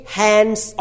hands